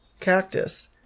cactus